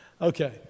Okay